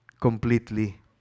completely